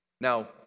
Now